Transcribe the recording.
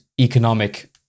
economic